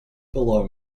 below